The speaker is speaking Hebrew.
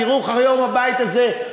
תראו איך היום הבית הזה,